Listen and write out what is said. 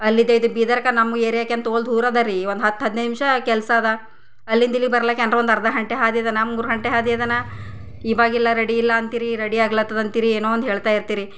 ಅಲ್ಲಿದೆ ಇದು ಬೀದರ್ಕ ನಮ್ಮ ಏರಿಯಾಕೇನು ತೋಲ್ ದೂರ ಅದರಿ ಒಂದು ಹತ್ತು ಹದಿನೈದು ನಿಮಿಷ ಕೆಲಸ ಅದ ಅಲ್ಲಿಂದ ಇಲ್ಲಿಗೆ ಬರ್ಲಿಕ್ಕ ಏನು ಒಂದು ಅರ್ಧ ಗಂಟೆ ಹಾದಿ ಅದಾನ ಮೂರು ಗಂಟೆ ಹಾದಿ ಅದಾನ ಈವಾಗಿಲ್ಲ ರೆಡಿ ಇಲ್ಲ ಅಂತೀರಿ ರೆಡಿ ಆಗ್ಲತ್ತದ ಅಂತೀರಿ ಏನೋ ಒಂದು ಹೇಳ್ತಾ ಇರ್ತೀರಿ